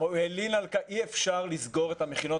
הוא הלין על כך שאי אפשר לסגור את המכינות